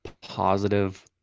positive